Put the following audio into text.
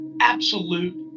absolute